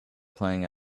playing